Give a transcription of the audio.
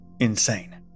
insane